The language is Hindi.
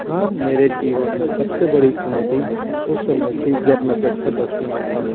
हाँ मेरे जीवन में सबसे बड़ी चुनौती उस समय थी जब मैं कक्षा दसवीं में था